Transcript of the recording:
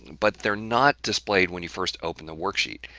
but they're not displayed when you first open the worksheet.